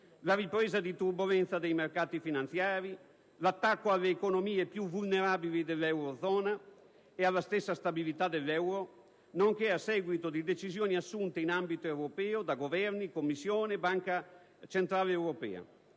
la ripresa di turbolenza dei mercati finanziari, l'attacco alle economie più vulnerabili dell'eurozona e alla stessa stabilità dell'euro, nonché a seguito di decisioni assunte in ambito europeo da Governi, Commissione, Banca centrale europea